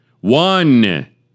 One